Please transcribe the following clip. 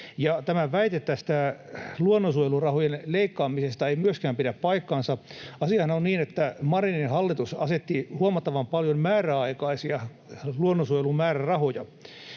tämä väite luonnonsuojelurahojen leikkaamisesta ei myöskään pidä paikkaansa. Asiahan on niin, että Marinin hallitus asetti huomattavan paljon määräaikaisia luonnonsuojelun määrärahoja,